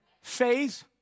Faith